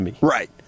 Right